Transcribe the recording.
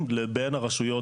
הם לא קיבלו איזה שהוא תשלום,